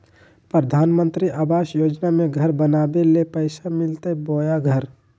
प्रधानमंत्री आवास योजना में घर बनावे ले पैसा मिलते बोया घर?